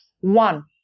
One